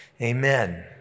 amen